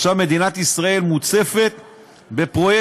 עכשיו מדינת ישראל מוצפת בפרויקטים.